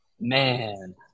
Man